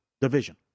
Division